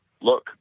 look